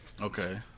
Okay